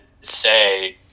say